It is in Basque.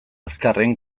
azkarren